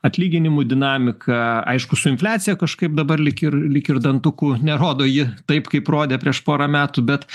atlyginimų dinamiką aišku su infliacija kažkaip dabar lyg ir lyg ir dantukų nerodo ji taip kaip rodė prieš porą metų bet